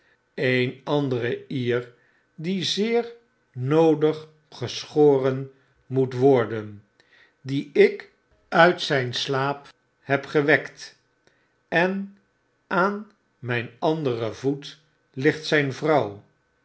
een andere ier die zeer noodig geschoren moet worden dien ik uit zyn slaap heb gewekt en aan myn anderen voet ligt zyn